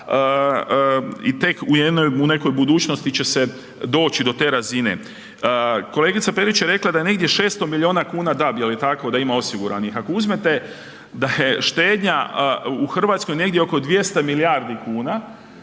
u nekoj budućnosti će se doći do te razine. Kolegica Perić je rekla da negdje 600 milijuna kuna, DAB, jel tako, da ima osiguranih, ako uzmete da je štednja u Hrvatskoj negdje oko 200 milijardi kuna,